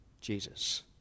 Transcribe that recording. Jesus